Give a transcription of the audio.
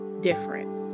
different